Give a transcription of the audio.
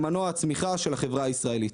למנוע הצמיחה של החברה הישראלית.